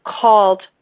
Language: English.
called